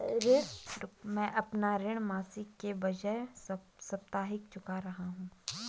मैं अपना ऋण मासिक के बजाय साप्ताहिक चुका रहा हूँ